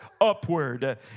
upward